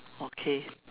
okay